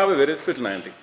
hafi verið fullnægjandi.“